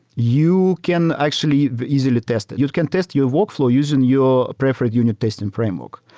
you can actually easily test it. you can test your workflow using your preferred unit testing framework.